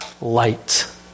light